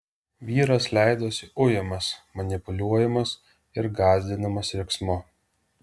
vyras leidosi ujamas manipuliuojamas ir gąsdinamas riksmu